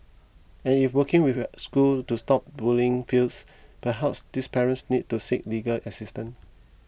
and if working with the school to stop bullying fails perhaps these parents need to seek legal assistance